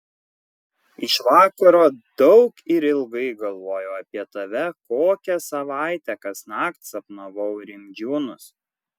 iš vakaro daug ir ilgai galvojau apie tave kokią savaitę kasnakt sapnavau rimdžiūnus